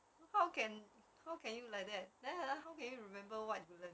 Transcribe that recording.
how can how can you like that then ha how can you remember what you learned